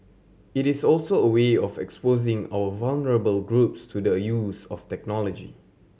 it is also a way of exposing our vulnerable groups to the use of technology